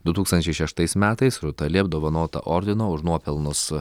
du tūkstančiai šeštais metais rūta li apdovanota ordinu už nuopelnus